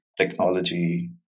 technology